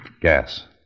Gas